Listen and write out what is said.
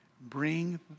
bring